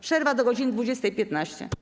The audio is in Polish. Przerwa do godz. 20.15.